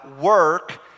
work